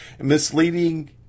misleading